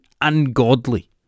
ungodly